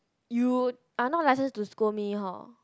you are not licensed to scold me hor